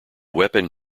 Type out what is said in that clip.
weapon